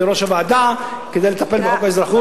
בראש הוועדה כדי לטפל בחוק האזרחות,